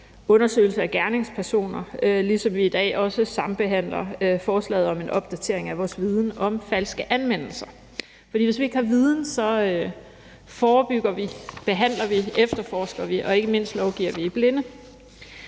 undersøgelse af gerningspersoner, ligesom vi i dag også sambehandler forslaget om en opdatering af vores viden om falske anmeldelser. For hvis vi ikke har viden, så forebygger vi, behandler vi, efterforsker vi og ikke mindst lovgiver vi i blinde.